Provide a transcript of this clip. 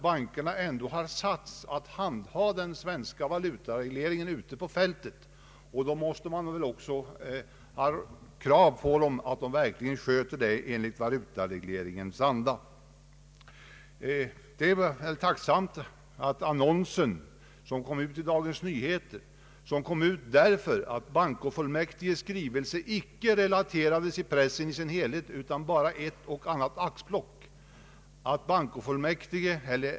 Bankerna har ju satts att handha den svenska valutaregleringen ute på fältet. Då måste man väl också ställa krav på dem att de sköter detta enligt valutaregleringens anda. Annonsen i Dagens Nyheter kom till därför att bankofullmäktiges skrivelse icke i sin helhet refererades i pressen som endast återgav ett och annat axplock.